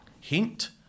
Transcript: Hint